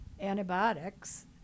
antibiotics